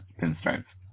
pinstripes